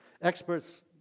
experts